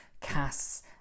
casts